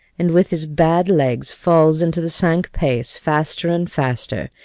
and with his bad legs, falls into the cinque-pace faster and faster,